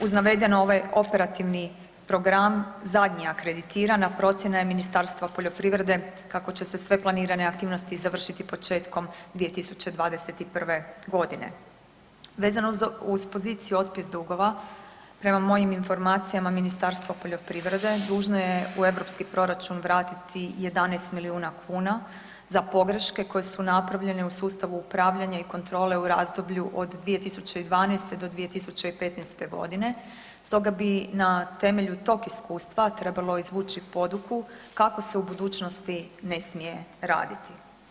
Uz navedeno, ovaj operativni program zadnji je akreditiran, a procjena je Ministarstva poljoprivrede kako će se sve planirane aktivnosti završiti početkom 2021. g. Vezano uz poziciju otpis dugova, prema mojim informacijama Ministarstvo poljoprivrede dužno je u EU proračun vratiti 11 milijuna kuna za pogreške koje su napravljene u sustavu upravljanja i kontrole u razdoblju od 2012.-2015. g. stoga bih na temelju tog iskustva trebalo izvući poduku kako se u budućnosti ne smije raditi.